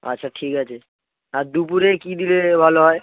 আচ্ছা ঠিক আছে আর দুপুরে কী দিলে ভালো হয়